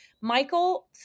Michael